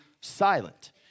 silent